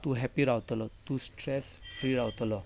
तूं हॅप्पी रावतलो तूं स्ट्रॅस फ्री रावतलो